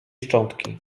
szczątki